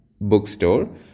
bookstore